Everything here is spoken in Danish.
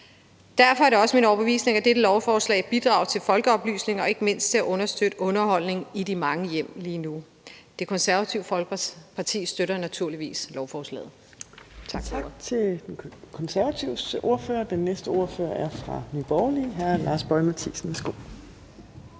derfor er det også min overbevisning, at dette lovforslag bidrager til folkeoplysningen og ikke mindst til at understøtte underholdningen i de mange hjem lige nu. Det Konservative Folkeparti støtter naturligvis lovforslaget. Tak for ordet. Kl. 13:03 Fjerde næstformand (Trine